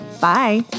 Bye